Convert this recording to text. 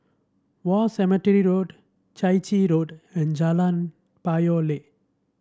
War Cemetery Road Chai Chee Road and Jalan Payoh Lai